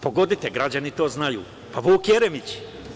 Pogodite, građani to znaju, pa Vuk Jeremić.